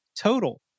total